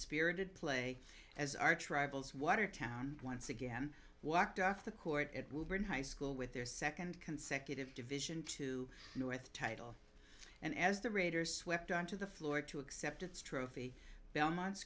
spirited play as arch rivals watertown once again walked off the court at will bring high school with their second consecutive division to north title and as the raiders swept on to the floor to accept its trophy belmont